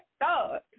God